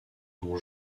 dont